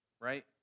right